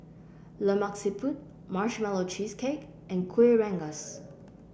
Lemak Siput Marshmallow Cheesecake and Kueh Rengas